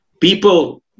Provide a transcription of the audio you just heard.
people